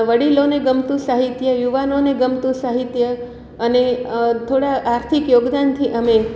વડીલોને ગમતું સાહિત્ય યુવાનોને ગમતું સાહિત્ય અને થોડા આર્થિક યોગદાનથી અમે